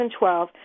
2012